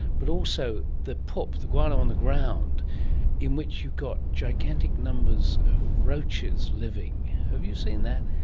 but also the poop, the guano on the ground in which you've got gigantic numbers of roaches living. have you seen that?